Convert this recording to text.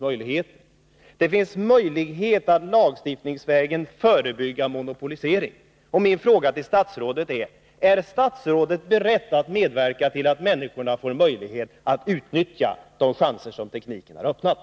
Det finns möjlighet att lagstiftningsvägen förebygga monopolisering. Min fråga till statsrådet är: Är statsrådet beredd att medverka till att människorna får möjlighet att utnyttja de chanser som tekniken har öppnat?